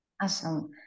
Awesome